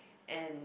and